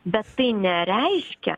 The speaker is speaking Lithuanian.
bet tai nereiškia